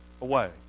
away